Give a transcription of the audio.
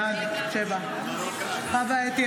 בעד חוה אתי